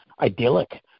idyllic